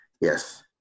Yes